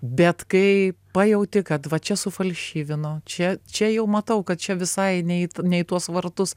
bet kai pajauti kad va čia sufalšyvino čia čia jau matau kad čia visai ne į ne į tuos vartus